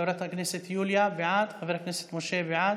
חברת הכנסת יוליה, בעד, חבר הכנסת משה, בעד,